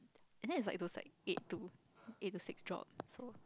and then it's like those like eight to eight to six job